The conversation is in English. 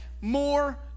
more